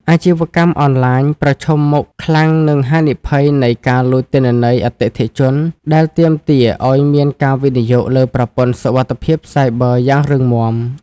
អាជីវកម្មអនឡាញប្រឈមមុខខ្លាំងនឹង ហានិភ័យនៃការលួចទិន្នន័យ អតិថិជន ដែលទាមទារឱ្យមានការវិនិយោគលើប្រព័ន្ធសុវត្ថិភាពសាយប័រយ៉ាងរឹងមាំ។